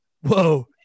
whoa